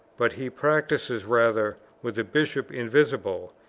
but he practises rather with the bishop invisible,